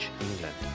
England